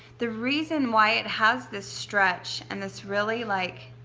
the reason why it has this stretch and this really like,